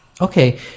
okay